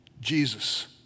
Jesus